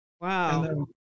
Wow